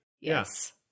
Yes